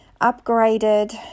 upgraded